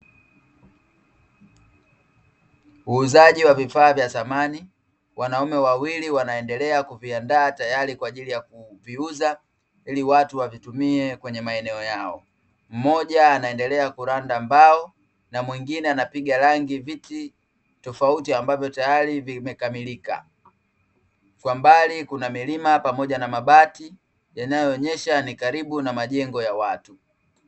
Uuzaji wa vifaa vya samani; wanaume wawili wanaendelea kuviandaa tayari kwa ajili ya kuviuza, ili watu wavitumie kwenye maeneo yao. Mmoja anaendelea kuranda mbao na mwingine anapiga rangi viti tofauti, ambavyo tayari vimekamilika. Kwa mbali kuna milima, pamoja na mabati yanayoonyesha ni karibu na majengo ya watu.